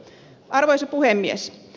arvoisa puhemies